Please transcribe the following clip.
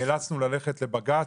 נאלצנו ללכת לבג"ץ,